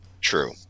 True